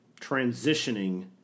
Transitioning